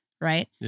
right